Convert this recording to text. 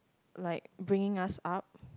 like bringing us up